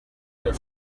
your